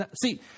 See